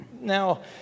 Now